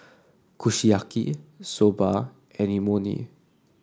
Kushiyaki Soba and Imoni